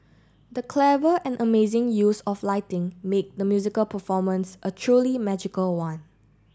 the clever and amazing use of lighting made the musical performance a truly magical one